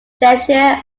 cheshire